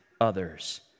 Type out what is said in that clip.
others